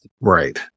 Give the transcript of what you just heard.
Right